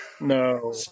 No